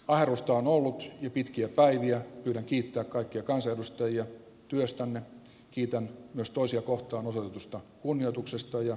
barusta on ollut jo pitkiä päiviä ja kiittää kaikkia kansanedustajia listamme kiitän myös toisia kohtaan osoitetusta kunnioituksesta ja